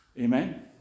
Amen